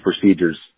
procedures